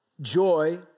joy